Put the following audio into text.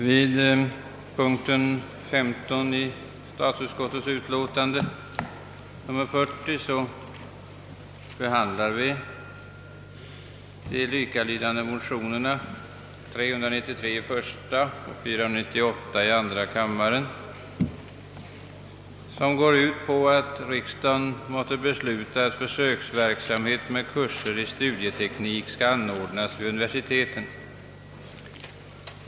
Vid punkten 15 i statsutskottets utlåtande nr 40 behandlar vi de likalydande motionerna nr 393 i första och 498 i andra kammaren, som går ut på att riksdagen måtte besluta att försöksverksamhet med kurser i studieteknik skall anordnas vid universiteten.